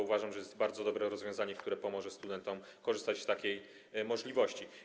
Uważam, że jest to bardzo dobre rozwiązanie, które pomoże studentom korzystać z takiej możliwości.